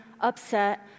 upset